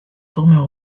formats